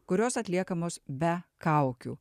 kurios atliekamos be kaukių